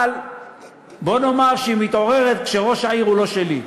אבל בוא נאמר שהיא מתעוררת כשראש העיר הוא לא שלי.